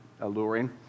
alluring